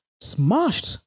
smashed